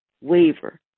waver